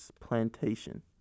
plantation